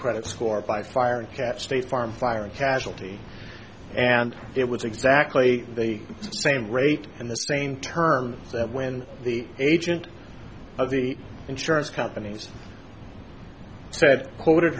credit score by fire and kept state farm fire casualty and it was exactly the same rate in the same terms so that when the agent of the insurance companies said quoted